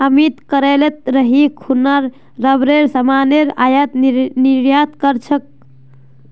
अमित केरलत रही खूना रबरेर सामानेर आयात निर्यात कर छेक